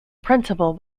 principal